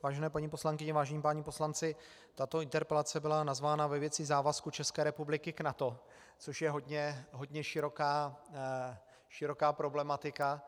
Vážené paní poslankyně, vážení páni poslanci, tato interpelace byla nazvána ve věci závazků České republiky k NATO, což je hodně široká problematika.